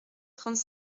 trente